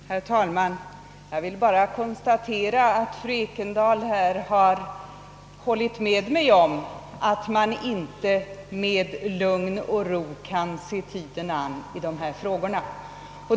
Herr talman! Jag vill bara konstatera att fru Ekendahl nu har instämt i att man inte med lugn och ro kan se tiden an i de här frågorna.